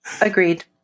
Agreed